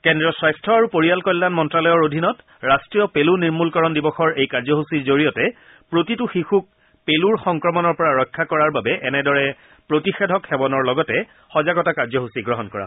কেন্দ্ৰীয় স্বাস্থ্য আৰু পৰিয়াল কল্যাণ মন্ত্ৰালয়ৰ অধীনত ৰট্টীয় পেলু নিৰ্মূলকৰণ দিৱসৰ এই কাৰ্যসূচীৰ জৰিয়তে প্ৰতিটো শিশুক পেলুৰ সংক্ৰমণৰ পৰা ৰক্ষা কৰাৰ বাবে এনেদৰে প্ৰতিষেধক সেৱনৰ লগতে সজাগতা কাৰ্যসূচী গ্ৰহণ কৰা হৈছে